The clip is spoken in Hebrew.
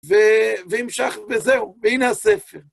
והמשכנו וזהו, והנה הספר.